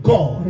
God